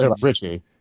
Richie